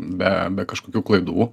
be be kažkokių klaidų